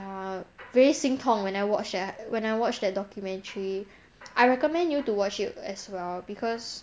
uh very 心痛 when I watch that when I watch that documentary I recommend you to watch it as well because